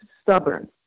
stubborn